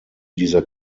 dieser